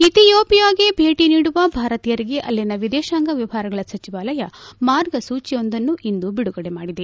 ಇಥಿಯೋಪಿಯಾಗೆ ಭೇಟಿ ನೀಡುವ ಭಾರತೀಯರಿಗೆ ಅಲ್ಲಿನ ವಿದೇಶಾಂಗ ವ್ಯವಹಾರಗಳ ಸಚಿವಾಲಯ ಮಾರ್ಗಸೂಚಿಯೊಂದನ್ನು ಇಂದು ಬಿಡುಗಡೆ ಮಾಡಿದೆ